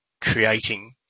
creating